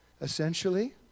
Essentially